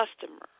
customer